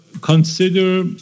Consider